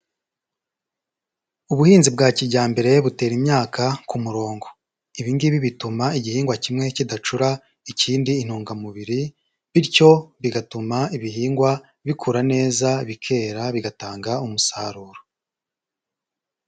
Ubuhinzi bwa kijyambere, butera imyaka ku murongo. Ibi ngibi bituma igihingwa kimwe kidacura ikindi intungamubiri, bityo bigatuma ibihingwa bikura neza, bikera bigatanga umusaruro.